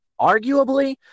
Arguably